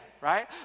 right